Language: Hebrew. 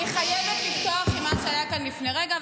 אני חייבת לפתוח עם מה שהיה כאן לפני רגע,